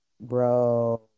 Bro